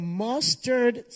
mustard